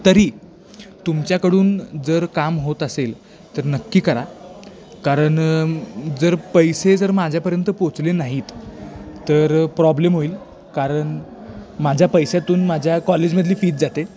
तरी तुमच्याकडून जर काम होत असेल तर नक्की करा कारण जर पैसे जर माझ्यापर्यंत पोचले नाहीत तर प्रॉब्लेम होईल कारण माझ्या पैशातून माझ्या कॉलेजमधली फीस जाते